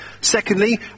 Secondly